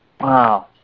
Wow